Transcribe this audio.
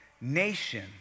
nation